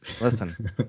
Listen